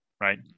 right